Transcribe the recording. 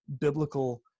biblical